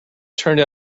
turned